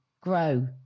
grow